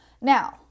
now